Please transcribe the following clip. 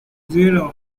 zero